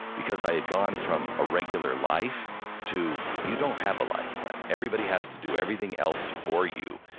because i had gone from a regular life to you don't have a life, glenn. everybody has to do everything else for you.